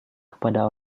kepada